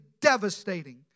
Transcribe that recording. devastating